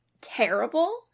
terrible